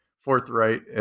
forthright